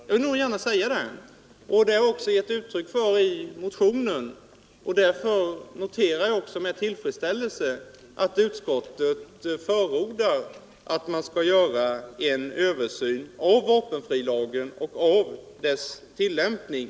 Jag vill gärna säga det, och detta har jag också gett uttryck för i motionen. Därför noterar jag med tillfredsställelse att utskottet förordar att det skall göras en översyn av vapenfrilagen och av dess tillämpning.